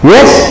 Yes